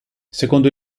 secondo